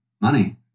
money